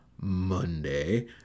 Monday